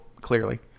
clearly